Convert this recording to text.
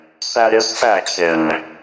Satisfaction